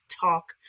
talk